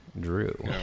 Drew